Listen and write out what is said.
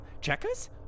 Checkers